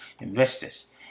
investors